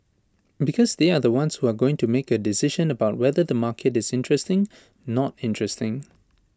because they are the ones who are going to make A decision about whether the market is interesting not interesting